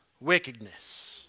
wickedness